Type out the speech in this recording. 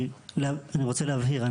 אני רוצה להבהיר,